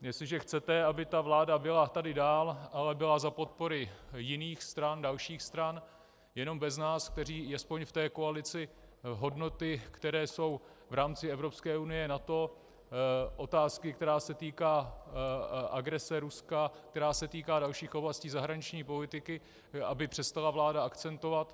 Jestliže chcete, aby ta vláda byla tady dál, ale byla za podpory jiných stran, dalších stran, jenom bez nás, kteří aspoň v té koalici hodnoty, které jsou v rámci Evropské unie, NATO, otázky, která se týká agrese Ruska, která se týká dalších oblastí zahraniční politiky, aby přestala vláda akcentovat.